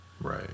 Right